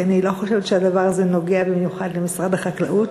כי אני לא חושבת שהדבר הזה נוגע במיוחד למשרד החקלאות.